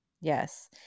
Yes